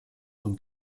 zum